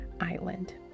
island